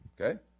okay